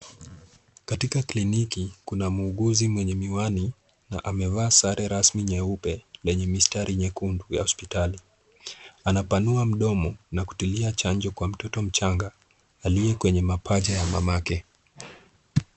Katika kliniki, kuna muuguzi mwenye miwani na amevaa sare rasmi nyeupe yenye mistari nyekundu ya hopitali. Anapanua mdomo na kutilia chanjo kwa mtoto mchanga aliye kwenye mapaja ya mamake.